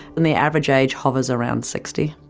and the average age hovers around sixty.